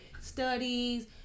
studies